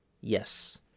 Yes